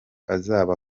azaba